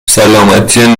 سلامتی